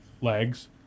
legs